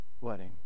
wedding